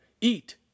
Eat